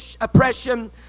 oppression